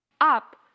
up